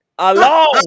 Alone